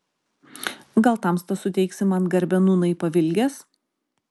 gal tamsta suteiksi man garbę nūnai pavilgęs